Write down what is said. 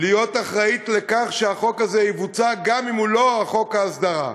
להיות אחראית לכך שהחוק הזה יבוצע גם אם הוא לא חוק ההסדרה.